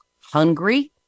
hungry